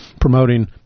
promoting